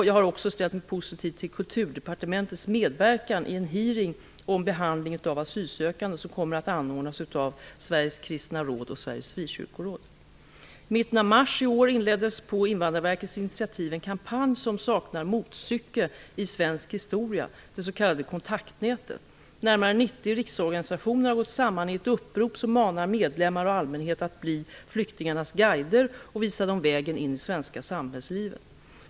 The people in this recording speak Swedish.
Jag har också ställt mig positiv till Kulturdepartementets medverkan i en hearing om behandlingen av asylsökande som kommer att anordnas av Sveriges kristna råd och I mitten av mars i år inleddes på Invandrarverkets initiativ en kampanj som saknar motstycke i svensk historia, det s.k. Kontaktnätet. Närmare 90 riksorganisationer har gått samman i ett upprop som manar medlemmar och allmänhet att bli flyktingarnas guider och visa dem vägen in i det svenska samhällslivet.